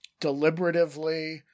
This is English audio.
deliberatively